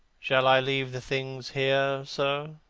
shall i leave the things here, sir?